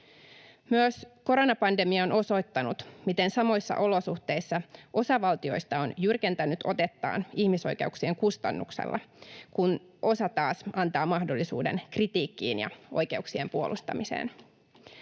Myös koronapandemia on osoittanut, miten samoissa olosuhteissa osa valtioista on jyrkentänyt otettaan ihmisoikeuksien kustannuksella, kun osa taas antaa mahdollisuuden kritiikkiin ja oikeuksien puolustamiseen.